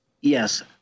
Yes